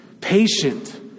patient